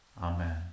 Amen